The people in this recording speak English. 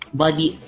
body